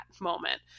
moment